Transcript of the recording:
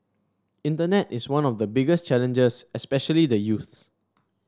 internet is one of the biggest challenges especially the youths